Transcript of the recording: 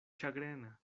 ĉagrena